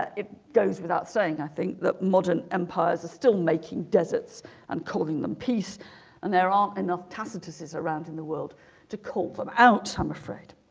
it goes without saying i think that modern empires are still making deserts and calling them peace and there aren't enough tacitus around in the world to call them out i'm afraid